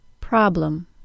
Problem